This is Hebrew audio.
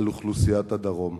על אוכלוסיית הדרום.